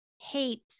hate